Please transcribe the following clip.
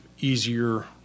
easier